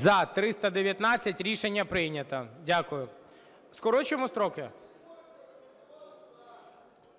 За-319 Рішення прийнято. Дякую. Скорочуємо строки?